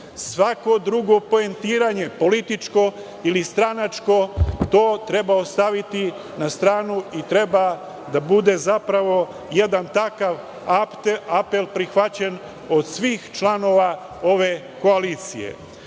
Svako drugo poentiranje, političko ili stranačko, to treba ostaviti na stranu i treba da bude zapravo jedan takav apel prihvaćen od svih članova ove koalicije.